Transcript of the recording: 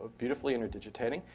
beautifully interdigitating.